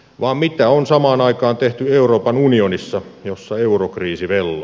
vaan mitä on samaan aikaan tehty euroopan unionissa jossa eurokriisi velloo